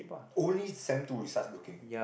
only sem two he starts looking